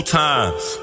times